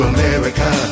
America